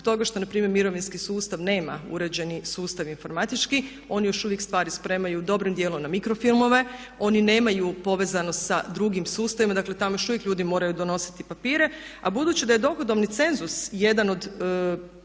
toga što npr. mirovinski sustav nema uređeni sustav informatički, oni još uvijek stvari spremaju dobrim djelom na mikrofilmove, oni nemaju povezano sa drugim sustavima. Dakle, tamo još uvijek ljudi moraju donositi papire, a budući da je dohodovni cenzus jedan od